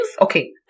okay